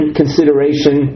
consideration